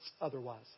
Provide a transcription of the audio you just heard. otherwise